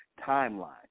timeline